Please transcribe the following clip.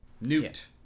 Newt